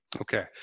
Okay